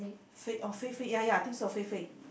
Fei oh Fei-Fei ya ya I think so Fei-Fei